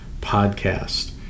podcast